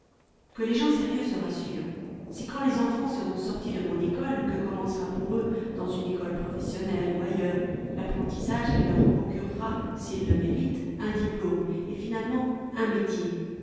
que les gens sérieux se rassurent c'est quand les enfants seront sortis de mon école que commencera pour eux dans une école professionnelle ou ailleurs l'apprentissage qui leur procurera s'ils le méritent un diplôme et finalement un métier